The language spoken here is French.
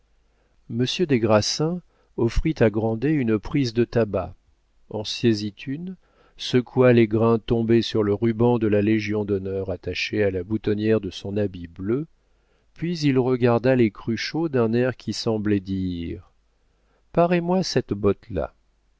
monsieur des grassins offrit à grandet une prise de tabac en saisit une secoua les grains tombés sur le ruban de la légion-d'honneur attaché à la boutonnière de son habit bleu puis il regarda les cruchot d'un air qui semblait dire parez moi cette botte là